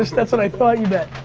that's what i thought you meant.